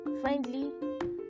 friendly